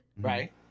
Right